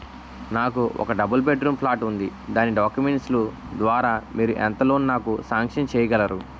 నాకు ఒక double bed room flat ఉంది దాని డాక్యుమెంట్స్ లు ద్వారా మీరు ఎంత లోన్ నాకు సాంక్షన్ చేయగలరు?